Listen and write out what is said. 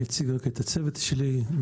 אני אציג את הצוות שלי.